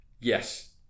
Yes